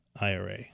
IRA